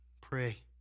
pray